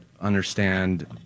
understand